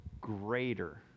greater